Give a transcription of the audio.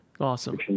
Awesome